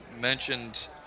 mentioned